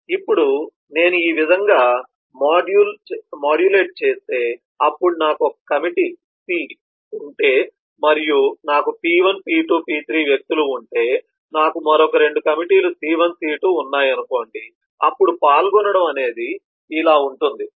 ఇప్పుడు నేను ఈ విధంగా మాడ్యులేట్ చేస్తే అప్పుడు నాకు ఒక కమిటీ C ఉంటే మరియు నాకు P1 P2 P3 వ్యక్తులు ఉంటే నాకు మరొక 2 కమిటీలు C1 C2 ఉన్నాయనుకోండి అప్పుడు పాల్గొనడం అనేది ఇలా ఉంటుంది